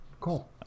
cool